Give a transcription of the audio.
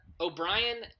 O'Brien